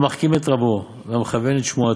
המחכים את רבו, והמכוון את שמועתו,